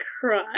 cry